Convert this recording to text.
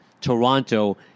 Toronto